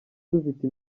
dufite